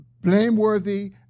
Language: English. blameworthy